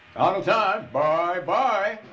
out of time, bye-bye.